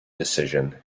decision